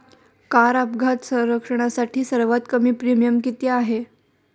Car अपघात संरक्षणासाठी सर्वात कमी प्रीमियम किती आहे?